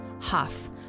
Huff